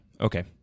Okay